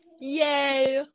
yay